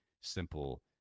simple